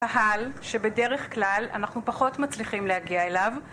קהל שבדרך כלל אנחנו פחות מצליחים להגיע אליו